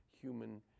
human